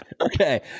Okay